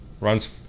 runs